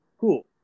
cool